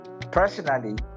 personally